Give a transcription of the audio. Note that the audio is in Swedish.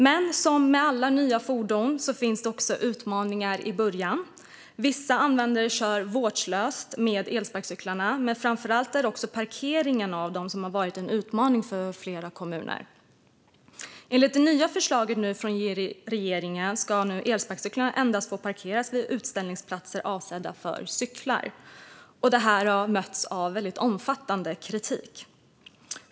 Men som med alla nya fordon finns det utmaningar i början. Vissa användare kör vårdslöst med elsparkcyklarna, men framför allt är det parkeringen av dem som har varit en utmaning för flera kommuner. Enligt det nya förslaget från regeringen ska nu elsparkcyklar endast få parkeras vid uppställningsplatser avsedda för cyklar. Detta har mötts av omfattande kritik.